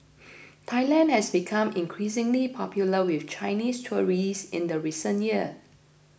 Thailand has become increasingly popular with Chinese tourists in the recent years